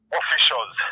officials